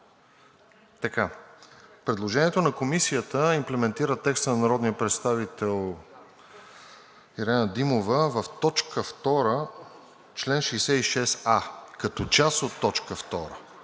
Предложението на Комисията имплементира текста на народния представител Ирена Димова в т. 2, чл. 66а като част от т. 2.